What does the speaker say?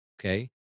okay